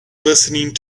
listening